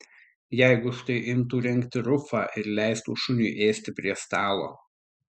jeigu štai imtų rengti rufą ir leistų šuniui ėsti prie stalo